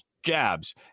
Jabs